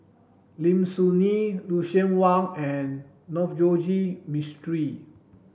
Lim Soo Ngee Lucien Wang and Navroji Mistri